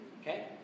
Okay